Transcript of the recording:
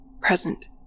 present